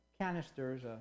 canisters